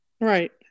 right